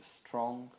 strong